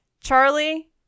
Charlie